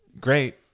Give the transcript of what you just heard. great